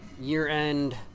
year-end